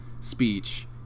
speech